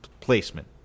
placement